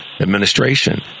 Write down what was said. administration